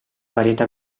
varietà